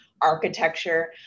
architecture